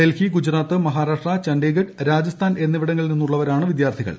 ഡൽഹി ഗുജറാത്ത് മഹാരാഷ്ട്ര ചണ്ഡിഗഡ് രാജസ്ഥാൻ എന്നിവിടങ്ങളിൽ നിന്നുള്ളവരാണ് വിദ്യാർത്ഥികൾ